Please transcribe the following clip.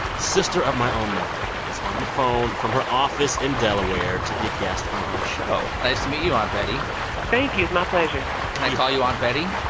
sister of my own mother, is on the phone from her office in delaware to be a guest on our show nice to meet you, aunt betty thank you. it's my pleasure can i call you aunt betty?